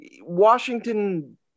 Washington